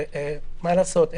מה לעשות,